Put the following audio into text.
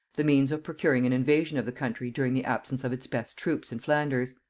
the means of procuring an invasion of the country during the absence of its best troops in flanders.